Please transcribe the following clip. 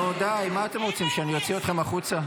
נו, די, מה אתם רוצים, שאני אוציא אתכם החוצה?